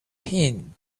him